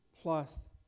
plus